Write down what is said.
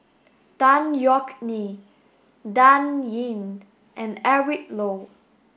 Tan Yeok Nee Dan Ying and Eric Low